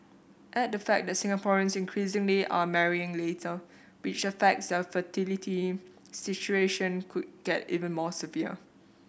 add the fact that Singaporeans increasingly are marrying later which affects their fertility situation could get even more severe